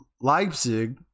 Leipzig